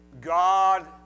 God